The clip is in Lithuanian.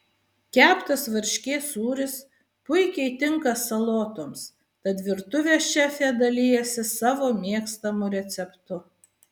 keptas varškės sūris puikiai tinka salotoms tad virtuvės šefė dalijasi savo mėgstamu receptu